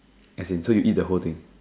as in so you eat the whole thing